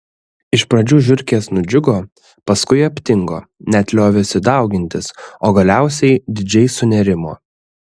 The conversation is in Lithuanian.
iš pradžių žiurkės nudžiugo paskui aptingo net liovėsi daugintis o galiausiai didžiai sunerimo